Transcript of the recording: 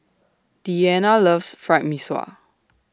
Deanna loves Fried Mee Sua